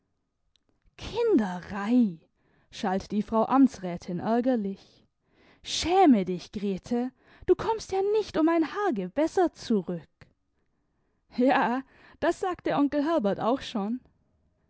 kinderei schalt die frau amtsrätin ärgerlich schäme dich grete du kommst ja nicht um ein haar gebessert zurück ja das sagte onkel herbert auch schon